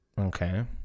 Okay